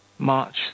March